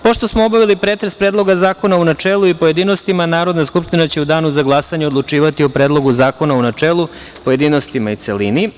Pošto smo obavili pretres Predloga zakona u načelu i pojedinostima, Narodna skupština će u danu za glasanje odlučivati o Predlogu zakona u načelu, pojedinostima i celini.